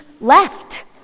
left